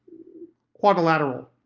quadrilateral,